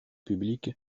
public